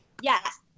Yes